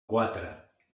quatre